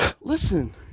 Listen